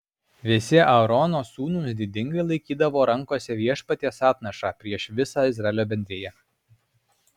visi aarono sūnūs didingai laikydavo rankose viešpaties atnašą prieš visą izraelio bendriją